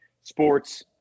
sports